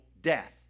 death